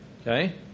Okay